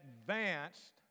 advanced